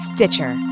Stitcher